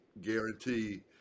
guarantee